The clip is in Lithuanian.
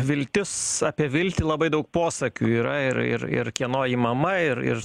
viltis apie viltį labai daug posakių yra ir ir ir kieno ji mama ir ir